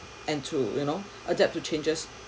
and to you know adapt to changes